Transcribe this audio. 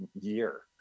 year